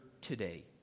today